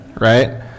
Right